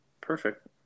perfect